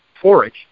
forage